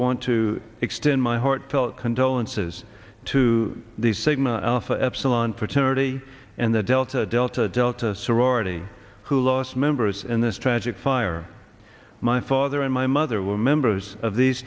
want to extend my heartfelt condolences to the sigma alfre epsilon fraternity and the delta delta delta sorority who lost members in this tragic fire my father and my mother were members of these